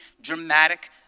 dramatic